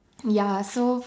ya so